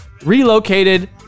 Relocated